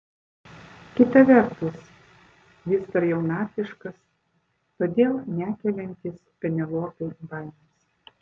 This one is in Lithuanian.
kita vertus vis dar jaunatviškas todėl nekeliantis penelopei baimės